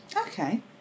Okay